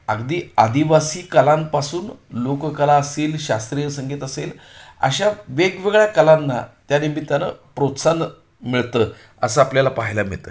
अगदी आदिवासी कलांपासून लोककला असेल शास्त्रीय संगीत असेल अशा वेगवेगळ्या कलांना त्या निमित्तानं प्रोत्साहन मिळतं असं आपल्याला पाहायला मिळते